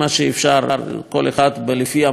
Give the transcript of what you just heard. כל אחד לפי המצב הספציפי.